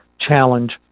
challenge